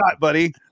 buddy